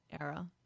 era